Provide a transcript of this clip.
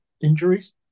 injuries